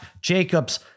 Jacobs